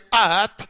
earth